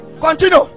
continue